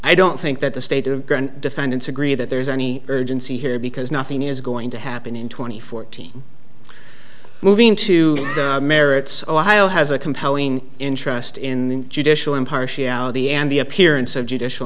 i don't think that the state of defendants agree that there's any urgency here because nothing is going to happen in two thousand and fourteen moving to the merits ohio has a compelling interest in judicial impartiality and the appearance of judicial